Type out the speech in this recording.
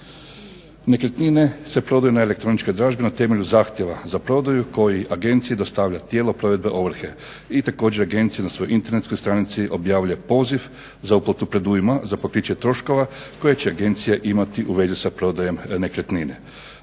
Nekretnine se prodaju na elektroničkoj dražbi na temelju zahtjeva za prodaju koji agenciji dostavlja tijelo provedbe ovrhe i također agencije na svojoj internetskoj stranici objavljuje poziv za uplatu predujma za pokriće troškova koje će agencija imati u vezi sa prodajom nekretnine.